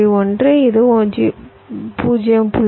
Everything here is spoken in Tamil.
1 இது 0